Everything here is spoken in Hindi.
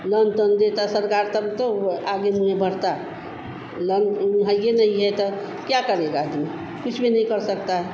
लन तन देता सरकार तब तो वह आगे जउने बढ़ता लनअन ही ही नहीं है ता क्या करेगा आदमी कुछ भी नहीं कर सकता है